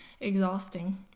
exhausting